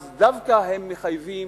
אז דווקא הם מחייבים,